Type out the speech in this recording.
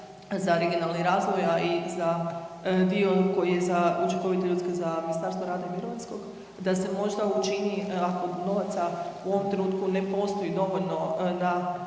za regionalni razvoj, a i za dio koji je za učinkovite ljudske za Ministarstvo rada i mirovinskog da se možda učini ako novaca u ovom trenutku ne postoji dovoljno